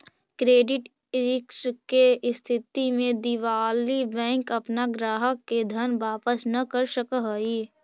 credit risk के स्थिति में दिवालि बैंक अपना ग्राहक के धन वापस न कर सकऽ हई